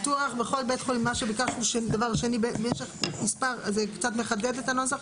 מה שביקשנו, קצת לחדד את הנוסח.